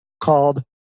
called